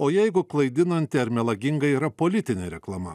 o jeigu klaidinanti ar melaginga yra politinė reklama